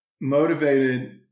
motivated